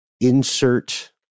insert